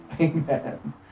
Amen